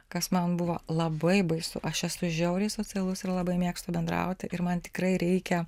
kas man buvo labai baisu aš esu žiauriai socialus ir labai mėgstu bendrauti ir man tikrai reikia